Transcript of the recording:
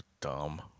dumb